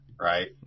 right